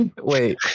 wait